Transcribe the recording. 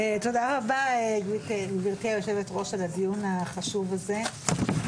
תודה רבה, גברתי היושבת-ראש, על הדיון החשוב הזה.